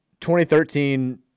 2013